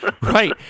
Right